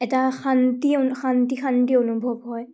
এটা শান্তি শান্তি শান্তি অনুভৱ হয়